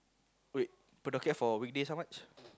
wait per docket for weekday is how much